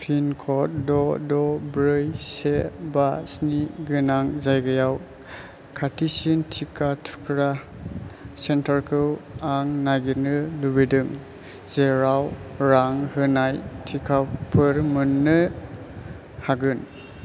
pin code द' द' ब्रै से बा स्नि गोनां जायगायाव खाथिसिन टिका थुग्रा सेन्टारखौ आं नागिरनो लुबैदों जेराव रां होनाय टिकाफोर मोन्नो हागोन